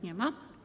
Nie ma?